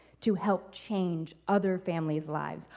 to help change other families lives.